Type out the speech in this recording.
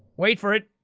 wait for it.